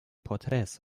porträts